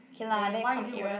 k lah then you come my area